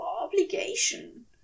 obligation